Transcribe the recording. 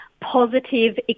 positive